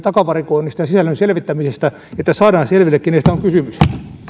takavarikoimisesta ja sisällön selvittämisestä että saadaan selville kenestä on kysymys